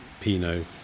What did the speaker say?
pinot